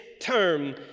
term